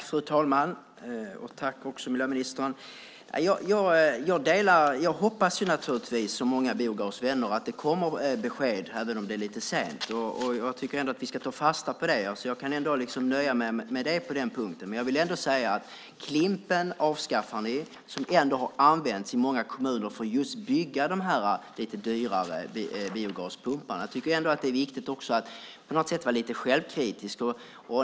Fru talman! Jag hoppas naturligtvis, som många biogasvänner, att det kommer besked, även om det är lite sent. Jag tycker att vi ska ta fasta på det. Jag kan nöja mig med det på den punkten. Ni avskaffade Klimp:en. Den har ändå använts i många kommuner för att bygga de lite dyrare biogaspumparna. Det är viktigt att vara lite självkritisk.